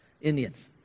Indians